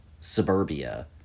suburbia